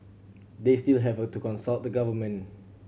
they still have to consult the government